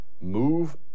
Move